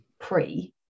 pre